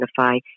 identify